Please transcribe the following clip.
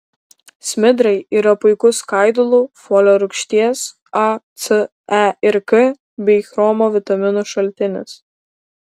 smidrai yra puikus skaidulų folio rūgšties a c e ir k bei chromo vitaminų šaltinis